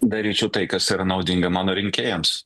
daryčiau tai kas yra naudinga mano rinkėjams